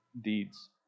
deeds